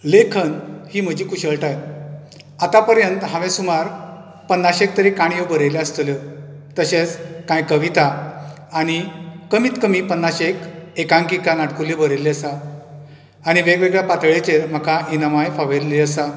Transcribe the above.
लेखन ही म्हजी कुशळटाय आतां पर्यंत हांवें सुमार पन्नाशेक तरी काणयो बरयल्या आसतल्यो तशेंच कांय कविता आनी कमीत कमी पन्नाशेक एकांकिका नाटकुली बरयल्लीं आसात आनी वेगळ्यावेगळ्या पातळींचेर म्हाका इनामाय फाविल्लीं आसा